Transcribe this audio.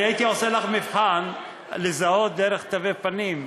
אני הייתי עושה לך מבחן זיהוי דרך תווי פנים,